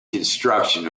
construction